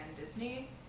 Disney